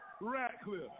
Ratcliffe